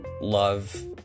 love